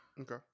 Okay